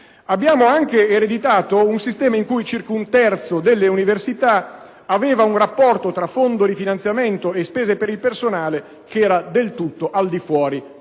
Abbiamo anche ereditato un sistema in cui circa un terzo delle università aveva un rapporto tra fondo di finanziamento e spese per il personale del tutto al di fuori delle